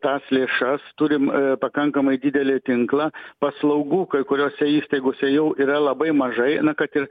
tas lėšas turim pakankamai didelį tinklą paslaugų kai kuriose įstaigose jau yra labai mažai na kad ir